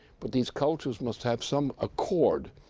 but these cultures must have some accord,